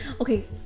okay